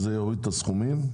זה יוריד את הסכומים.